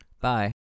Bye